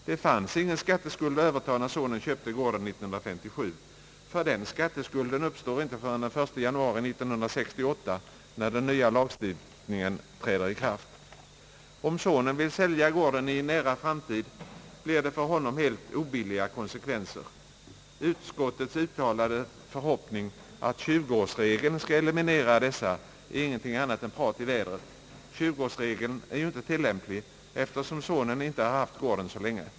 Det fanns ingen skatteskuld att överta när sonen köpte gården år 1957, ty den skatteskulden uppstår inte förrän den 1 januari 1968, när den nya lagstifiningen träder i kraft. Om sonen vill sälja gården i en nära framtid, blir det för honom helt obilliga konsekvenser. Utskottets uttalade förhoppning att 20-årsregeln skall eliminera dessa är ingenting annat än prat i vädret. 20-årsregeln är ju inte tillämplig, eftersom sonen inte har haft gården så länge.